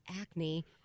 acne